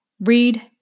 Read